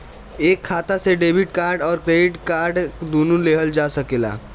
एक खाता से डेबिट कार्ड और क्रेडिट कार्ड दुनु लेहल जा सकेला?